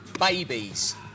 babies